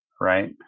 Right